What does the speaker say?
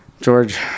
George